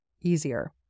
easier